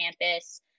campus